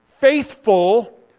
faithful